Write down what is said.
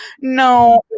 No